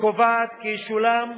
וקובעת כי ישולם,